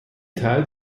teil